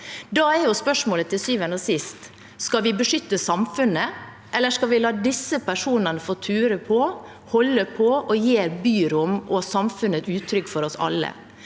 Da er spørsmålet til syvende og sist: Skal vi beskytte samfunnet, eller skal vi la disse personene få ture fram, holde på og gjøre byrom og samfunn utrygge for oss alle?